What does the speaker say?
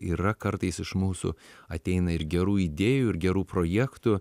yra kartais iš mūsų ateina ir gerų idėjų ir gerų projektų